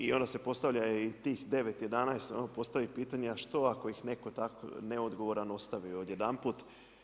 I onda se postavlja i tih 9, 11, a ono postavi pitanje a što ako ih netko tako neodgovaran ostavi odjedanput.